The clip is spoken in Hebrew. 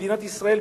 מדינת ישראל,